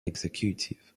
executive